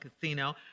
Casino